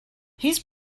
his